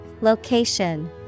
Location